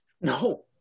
No